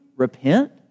repent